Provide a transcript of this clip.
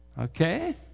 Okay